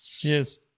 Yes